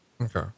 Okay